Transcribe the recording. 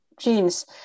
genes